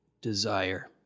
desire